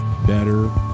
better